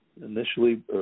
initially